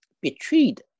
betrayed